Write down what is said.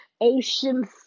ocean